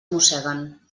mosseguen